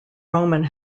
roman